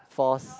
force